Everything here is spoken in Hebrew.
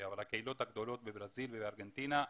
אבל הקהילות הגדולות בברזיל ובארגנטינה,